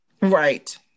right